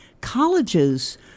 colleges